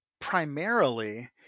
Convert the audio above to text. primarily